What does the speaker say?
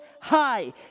high